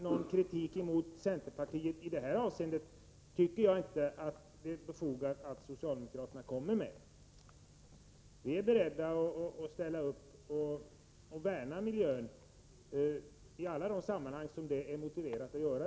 Någon kritik mot centerpartiet i detta avseende tycker jag alltså inte det är befogat att socialdemokraterna kommer med. Vi är beredda att ställa upp och värna miljön i alla de sammanhang som det är motiverat.